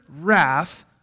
wrath